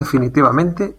definitivamente